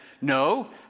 no